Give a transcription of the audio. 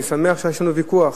אני שמח שיש לנו ויכוח,